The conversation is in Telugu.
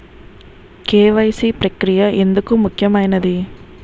కే.వై.సీ ప్రక్రియ ఎందుకు ముఖ్యమైనది?